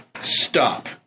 Stop